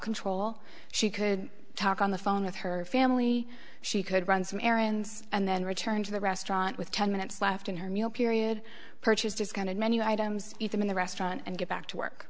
control she could talk on the phone with her family she could run some errands and then return to the restaurant with ten minutes left in her meal period purchase just kind of menu items even in the restaurant and get back to work